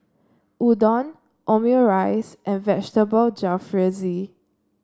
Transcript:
Udon Omurice and Vegetable Jalfrezi